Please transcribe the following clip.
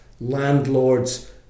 landlords